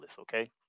okay